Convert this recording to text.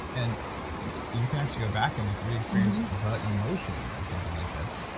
and you can actually go back and like re-experience the emotions of something like this.